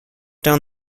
down